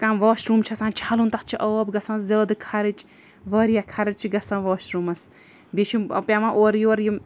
کانٛہہ washroom چھِ آسان چھَلُن تَتھ چھِ آب گَژھان زیادٕ خَرچ واریاہ خَرچ چھِ گَژھان واش روٗمَس بیٚیہِ چھِ یِم پٮ۪وان اورٕ یورٕ یِم